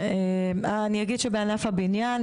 אני אגיד שבענף הבניין,